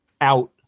out